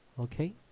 okay,